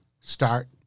start